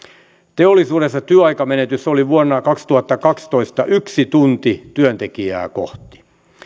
teollisuudessa työaikamenetys oli vuonna kaksituhattakaksitoista yksi tunti työntekijää kohti keskimäärin